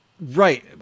Right